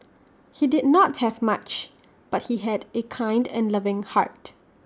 he did not have much but he had A kind and loving heart